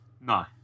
No